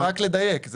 רק לדייק.